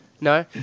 No